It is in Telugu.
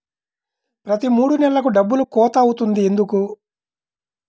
ప్రతి మూడు నెలలకు డబ్బులు కోత అవుతుంది ఎందుకు?